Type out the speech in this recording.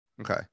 Okay